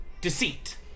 deceit